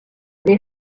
les